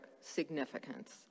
significance